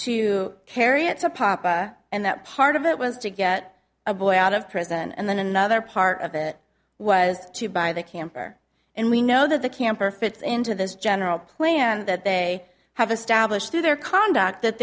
papa and that part of it was to get a boy out of prison and then another part of it was to buy the camper and we know that the camper fits into this general plan that they have established through their conduct that